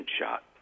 shot